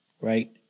Right